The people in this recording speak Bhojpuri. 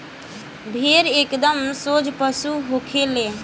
भेड़ एकदम सोझ पशु होखे ले